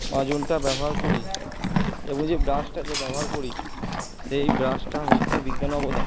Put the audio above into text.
মাজনটা ব্যবহার করি এবং যে ব্রাশটা যে ব্যবহার করি সেই ব্রাশটা হচ্ছে বিজ্ঞানের অবদান